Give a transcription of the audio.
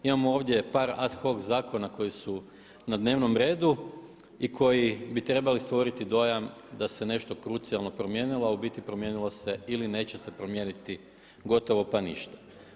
Imamo ovdje par ad hoc zakona koji su na dnevnom redu i koji bi trebali stvoriti dojam da se nešto krucijalno promijenilo, a u biti promijenilo se ili neće se promijeniti gotovo pa ništa.